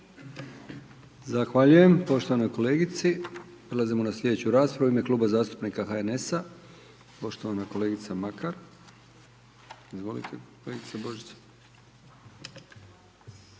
Zahvaljujem poštovanoj kolegici. Prelazimo na slijedeću raspravu. U ime kluba zastupnika HNS-a, poštovana kolegica Makar. **Makar, Božica